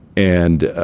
and